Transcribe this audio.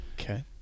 Okay